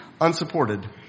unsupported